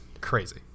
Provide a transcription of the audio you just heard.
crazy